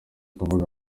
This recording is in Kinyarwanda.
kuvuga